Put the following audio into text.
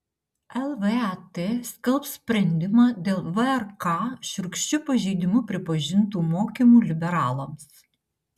lvat skelbs sprendimą dėl vrk šiurkščiu pažeidimu pripažintų mokymų liberalams